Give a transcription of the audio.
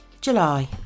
July